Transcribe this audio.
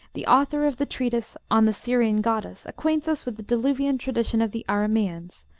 the author of the treatise on the syrian goddess acquaints us with the diluvian tradition of the arameans,